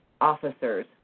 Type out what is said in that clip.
officers